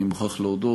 אני מוכרח להודות.